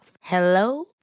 Hello